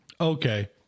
Okay